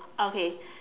okay